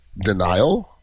Denial